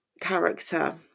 character